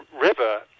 river